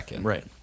right